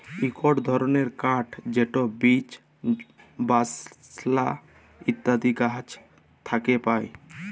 ইকট ধরলের কাঠ যেট বীচ, বালসা ইত্যাদি গাহাচ থ্যাকে পায়